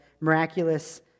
miraculous